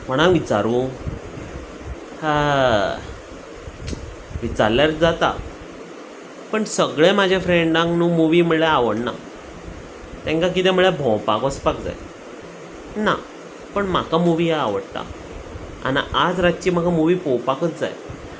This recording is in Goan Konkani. कोणा विचारूं विचारल्यार जाता पण सगळें म्हज्या फ्रेंडांक न्हय मुवी म्हणल्यार आवडना तांकां कितें म्हणल्यार भोंवपाक वचपाक जाय ना पण म्हाका मुवी आवडटा आनी आज रातची म्हाका मुवी पळोवपाकूच जाय